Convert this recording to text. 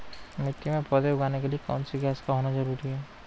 मिट्टी में पौधे उगाने के लिए कौन सी गैस का होना जरूरी है?